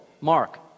mark